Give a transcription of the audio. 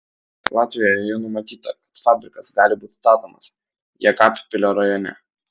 latvijoje jau numatyta kad fabrikas gali būti statomas jekabpilio rajone